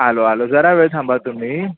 आलो आलो जरा वेळ थांबा तुम्ही